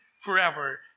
forever